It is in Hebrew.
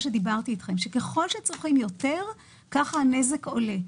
שככל שצורכים יותר כך הנזק עולה,